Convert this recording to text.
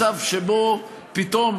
מצב שבו פתאום,